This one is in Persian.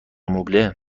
مبله